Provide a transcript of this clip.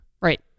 Right